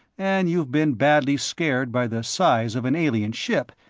and you've been badly scared by the size of an alien ship,